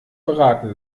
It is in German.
beraten